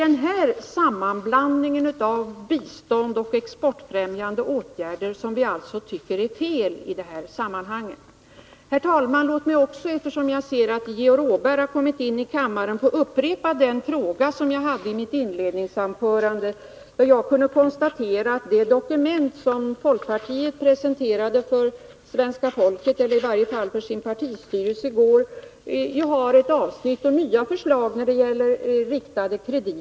Det är sammanblandningen av bistånd och exportfrämjande åtgärder som vi alltså tycker är fel i detta sammanhang. Herr talman! Eftersom jag ser att Georg Åberg kommit in i kammaren, ber jag att få upprepa den fråga som jag ställde i mitt inledningsanförande. Jag kunde konstatera att det dokument folkpartiet i går presenterade för svenska folket, eller i varje fall för sin partistyrelse, har ett avsnitt med nya förslag när det gäller riktade krediter.